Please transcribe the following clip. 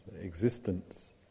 existence